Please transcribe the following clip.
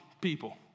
people